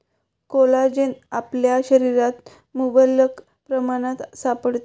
collagen आपल्या शरीरात मुबलक प्रमाणात सापडते